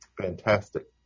fantastic